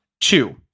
Two